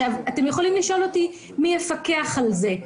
אתם יכולים לשאול אותי מי יפקח על זה,